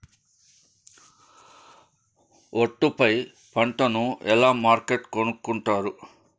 ఒట్టు పై పంటను ఎలా మార్కెట్ కొనుక్కొంటారు?